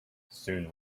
soon